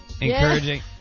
Encouraging